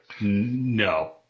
No